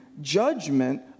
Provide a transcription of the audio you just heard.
judgment